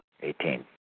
eighteen